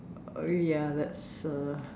uh ya that's a